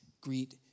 greet